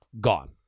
gone